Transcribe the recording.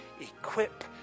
equip